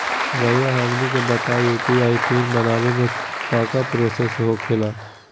रहुआ हमनी के बताएं यू.पी.आई पिन बनाने में काका प्रोसेस हो खेला?